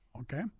okay